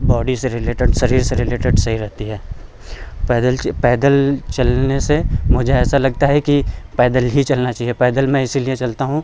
body से related शरीर से रिलेटेड सही रहती है पैदल चल पैदल चलने से मुझे ऐसा लगता है कि पैदल ही चलना चाहिए पैदल मैं इसीलिए चलता हूँ